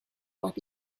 what